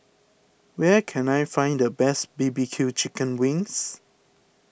where can I find the best B B Q Chicken Wings